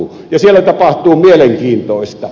siellä tapahtuu mielenkiintoista